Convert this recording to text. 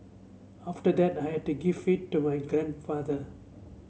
after that I had to give it to my grandfather